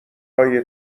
های